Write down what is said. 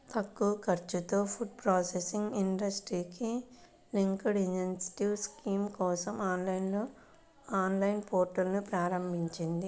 తక్కువ ఖర్చుతో food processing ఇండస్ట్రీకి లింక్డ్ ఇన్సెంటివ్ స్కీమ్ కోసం ఆన్లైన్ పోర్టల్ను ప్రారంభించింది